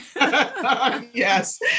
Yes